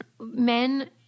men